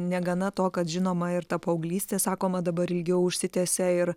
negana to kad žinoma ir ta paauglystė sakoma dabar ilgiau užsitęsia ir